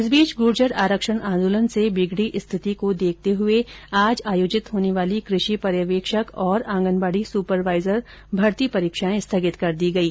इस बीच गूर्जर आरक्षण आंदोलन से बिगड़ी स्थिति को देखते हुए आज आयोजित होने वाली कृषि पर्यवेक्षक और आंगनबाड़ी सुपरवाइजर भर्ती परीक्षायें स्थगित कर दी गई हैं